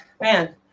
man